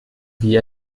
wie